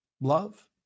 love